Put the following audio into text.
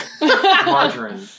Margarine